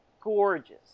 gorgeous